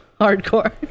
hardcore